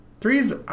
Threes